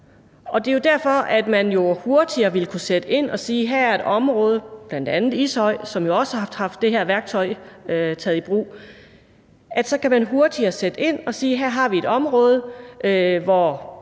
Det er jo derfor, man hurtigere ville kunne sætte ind og sige, at her er et område, bl.a. i Ishøj, som jo også har haft det her værktøj taget i brug, hvor det nok ville være rigtig smart at alle i en bestemt